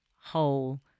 whole